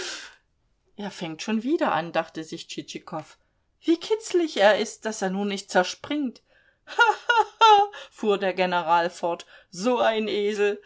er fängt schon wieder an dachte sich tschitschikow wie kitzlig er ist daß er nur nicht zerspringt ha ha ha fuhr der general fort so ein esel